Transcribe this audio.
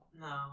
No